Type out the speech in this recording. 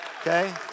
Okay